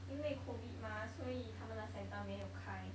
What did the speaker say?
因为 COVID mah 所以他们的 centre 没有开